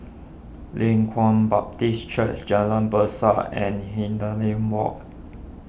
Leng Kwang Baptist Church Jalan Besar and Hindhede Walk